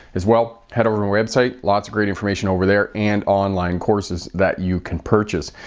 as well, head over and website lots of great information over there and online courses that you can purchase.